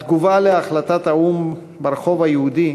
התגובה על החלטת האו"ם ברחוב היהודי,